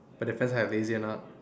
but at times when I'm lazy I'm not